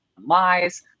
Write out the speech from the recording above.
lies